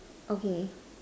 okay